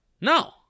No